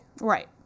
Right